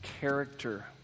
character